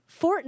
Fortnite